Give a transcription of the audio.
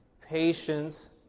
patience